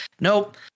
nope